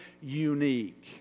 unique